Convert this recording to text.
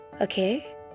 Okay